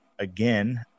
Again